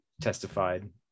testified